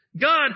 God